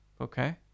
Okay